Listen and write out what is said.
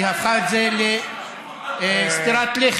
כי היא הפכה את זה לסטירת לחי.